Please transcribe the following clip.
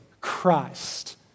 Christ